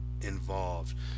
Involved